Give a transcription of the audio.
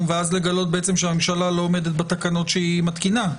ואז לגלות שהממשלה לא עומדת בתקנות שהיא מתקינה.